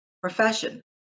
profession